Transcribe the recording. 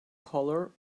collar